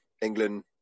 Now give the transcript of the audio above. england